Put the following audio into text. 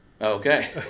Okay